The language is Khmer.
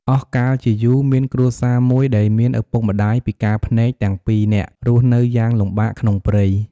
អស់កាលជាយូរ មានគ្រួសារមួយដែលមានឪពុកម្ដាយពិការភ្នែកទាំងពីរនាក់ រស់នៅយ៉ាងលំបាកក្នុងព្រៃ។